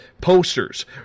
posters